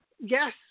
yes